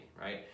right